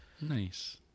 Nice